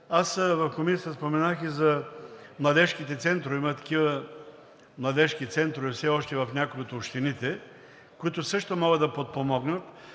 В Комисията споменах и за младежките центрове и все още има такива младежки центрове в някои от общините, които също могат да подпомогнат.